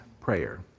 prayer